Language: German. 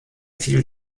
viel